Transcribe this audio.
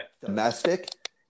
domestic